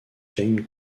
jaime